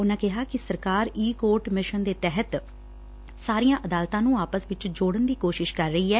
ਉਨੂਾਂ ਕਿਹਾ ਕਿ ਸਰਕਾਰ ਈ ਕੋਰਟ ਮਿਸ਼ਨ ਦੇ ਤਹਿਤ ਸਾਰੀਆਂ ਅਦਾਲਤਾਂ ਨੂੰ ਆਪਸ ਚ ਜੋਤਨ ਦੀ ਕੋਸ਼ਿਸ਼ ਕਰ ਰਹੀ ਐ